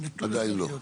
עדיין לא.